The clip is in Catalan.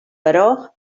però